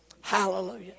Hallelujah